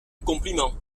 compliment